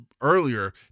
earlier